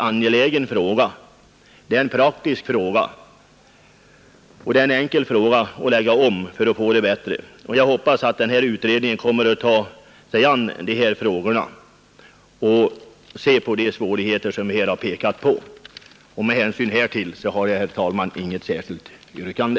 Jag vill poängtera att detta är en praktisk och mycket angelägen fråga, som enkelt kan ordnas, och jag hoppas därför att nämnda utredning kommer att ta sig an problemet och ägna uppmärksamhet åt de svårigheter vi här har pekat på. Herr talman! Jag har inget särskilt yrkande.